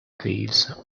thieves